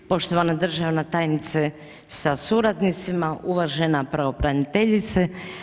Poštovana državna tajnice sa suradnicima, uvažena pravobraniteljice.